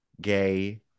gay